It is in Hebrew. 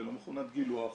לא מכונת גילוח,